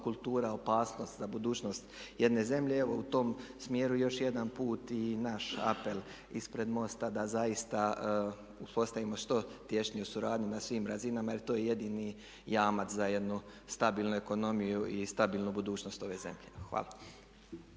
monokultura, opasnost za budućnost jedne zemlje. Evo u tom smjeru još jedan put i naš apel ispred MOST-a da zaista uspostavimo što tješniju suradnju na svim razinama jer to je jedini jamac za jednu stabilnu ekonomiju i stabilnu budućnost ove zemlje. Hvala.